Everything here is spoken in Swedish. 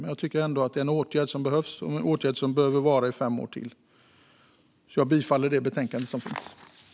Men det är ändå en åtgärd som behövs och som behöver finnas i fem år till. Jag yrkar därför bifall till utskottets förslag.